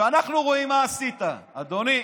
אנחנו רואים מה עשית, אדוני,